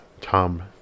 Tom